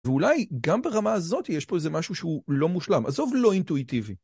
ואולי גם ברמה הזאת יש פה איזה משהו שהוא לא מושלם, עזוב לא אינטואיטיבי.